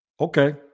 Okay